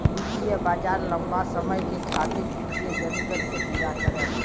वित्तीय बाजार लम्बा समय के खातिर वित्तीय जरूरत के पूरा करला